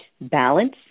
Balance